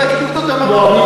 בהפוך על הפוך.